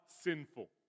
sinful